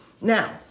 Now